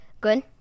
Good